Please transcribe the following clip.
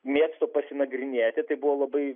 mėgstu pasinagrinėti tai buvo labai